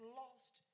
lost